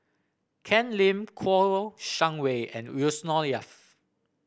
Ken Lim Kouo Shang Wei and Yusnor Ef